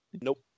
Nope